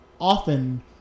often